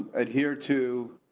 adhere to